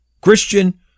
Christian